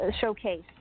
showcase